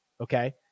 okay